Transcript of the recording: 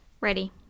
ready